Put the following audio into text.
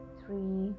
three